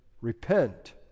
repent